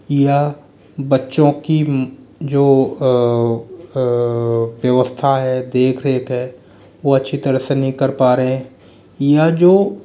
या बच्चों की जो व्यवस्था है देख रेख है वो अच्छी तरह से नहीं कर पा रहे यह जो